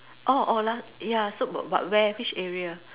oh ya so but but where which area